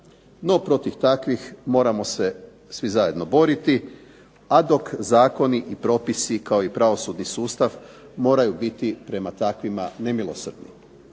no protiv takvih moramo se svi boriti. A dok zakoni i propisi kao i pravosudni sustav moraju biti prema takvima nemilosrdni.